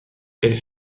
elle